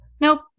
Nope